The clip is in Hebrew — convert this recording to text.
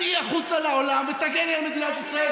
צאי החוצה לעולם ותגני על מדינת ישראל.